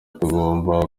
tugomba